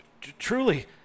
Truly